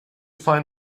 find